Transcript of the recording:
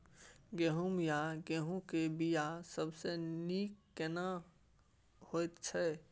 गहूम या गेहूं के बिया सबसे नीक केना होयत छै?